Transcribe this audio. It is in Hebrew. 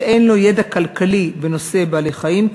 שאין לו ידע כלכלי בנושא בעלי-חיים,